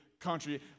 country